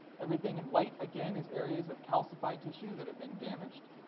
everything in white, again, is areas of calcified tissue that have been damaged.